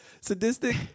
sadistic